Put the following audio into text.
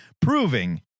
proving